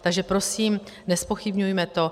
Takže prosím, nezpochybňujme to.